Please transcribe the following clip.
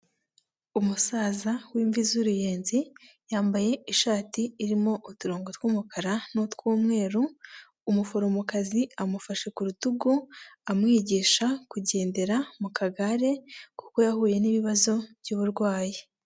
Umusaza w'imvi z'uruyenzi yambaye ishati irimo uturongo tw'umukara n'utw'umweru, umuforomokazi amufashe ku rutugu amwigisha kugendera mu kagare kuko yahuye n'ibibazo by'uburwayi.